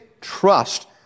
trust